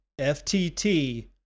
FTT